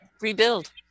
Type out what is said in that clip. rebuild